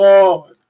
Lord